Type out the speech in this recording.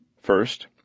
First